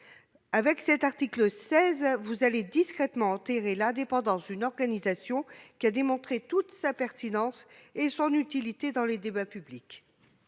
le Gouvernement va discrètement enterrer l'indépendance d'une organisation qui a démontré toute sa pertinence et son utilité dans les débats publics.